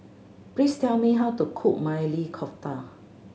please tell me how to cook Maili Kofta